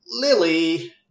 Lily